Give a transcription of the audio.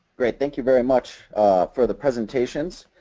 great, thank you very much for the presentations.